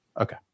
okay